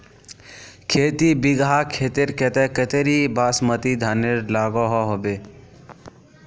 खेती बिगहा खेतेर केते कतेरी बासमती धानेर लागोहो होबे?